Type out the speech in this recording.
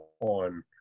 on